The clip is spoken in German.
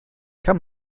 kann